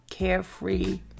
carefree